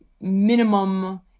minimum